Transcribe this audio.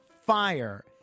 fire